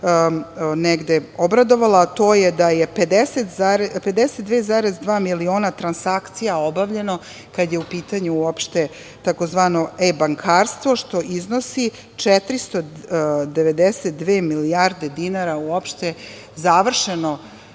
negde obradovalo to je da je 52,2 miliona transakcija obavljeno kada je u pitanju tzv. e-bankarstvo, što iznosi 492 milijarde dinara uopšte završeno